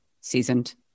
seasoned